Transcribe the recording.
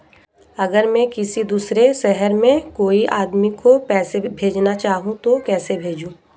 अगर मैं किसी दूसरे शहर में कोई आदमी को पैसे भेजना चाहूँ तो कैसे भेजूँ?